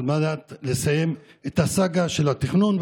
על מנת לסיים את הסאגה של התכנון?